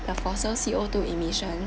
the fossil C_O two emission